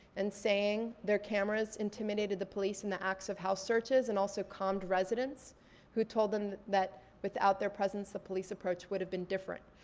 and saying, their cameras intimidated the police and the acts of house searches, and also calmed residents who told them that without their presence, the police approach would've been different.